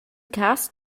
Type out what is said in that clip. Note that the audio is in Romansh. cass